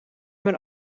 mijn